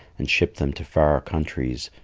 and shipped them to far countries,